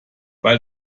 weil